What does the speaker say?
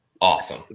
awesome